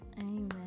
Amen